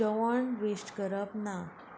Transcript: जेवण वेस्ट करप ना